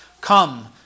Come